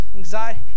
anxiety